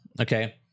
Okay